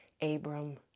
Abram